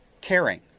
caring